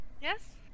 yes